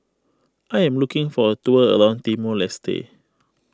I am looking for a tour around Timor Leste